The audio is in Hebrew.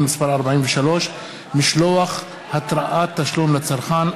מס' 43) (משלוח התראת תשלום לצרכן),